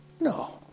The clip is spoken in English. No